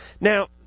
Now